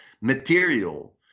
material